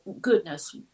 goodness